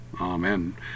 Amen